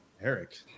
Eric